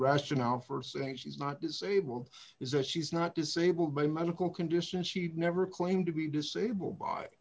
rationale for saying she's not disabled is that she's not disabled by medical conditions she never claimed to be disabled by